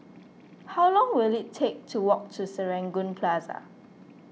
how long will it take to walk to Serangoon Plaza